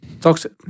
Toxic